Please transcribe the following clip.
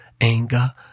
anger